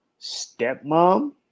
stepmom